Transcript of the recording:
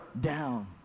down